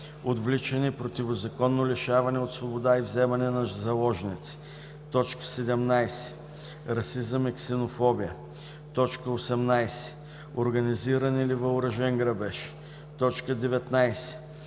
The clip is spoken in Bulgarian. отвличане, противозаконно лишаване от свобода и вземане на заложници; 17. расизъм и ксенофобия; 18. организиран или въоръжен грабеж; 19.